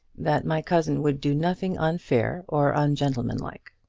that my cousin would do nothing unfair or ungentlemanlike.